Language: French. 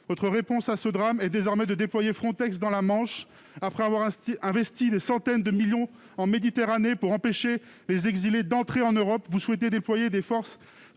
Votre réponse à ce drame est désormais de déployer Frontex dans la Manche. Après avoir investi des centaines de millions d'euros en Méditerranée pour empêcher les exilés d'entrer en Europe, vous souhaitez déployer des forces